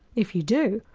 if you do,